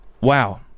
Wow